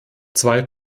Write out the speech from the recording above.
zwei